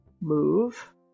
Move